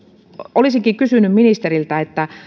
olisinkin kysynyt ministeriltä